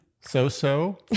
So-so